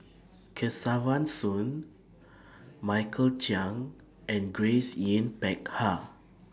Kesavan Soon Michael Chiang and Grace Yin Peck Ha